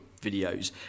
videos